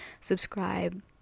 subscribe